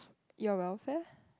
your welfare